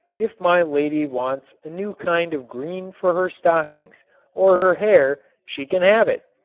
if my lady wants a new kind of green for her stockings or her hair she can have it.